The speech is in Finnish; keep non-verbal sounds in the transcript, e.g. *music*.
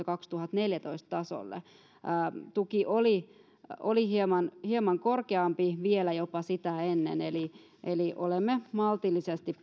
*unintelligible* kaksituhattaneljätoista tasolle tuki oli oli jopa hieman korkeampi vielä sitä ennen eli eli olemme maltillisesti *unintelligible*